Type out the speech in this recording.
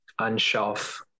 unshelf